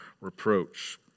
reproach